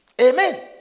Amen